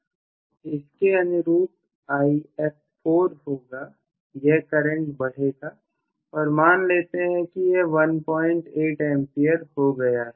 If4 इसके अनुरूप If4 होगा यह करंट बढ़ेगा और मान लेते हैं कि यह 18A हो गया है